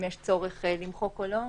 אם יש צורך למחוק או לא.